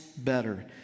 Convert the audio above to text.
better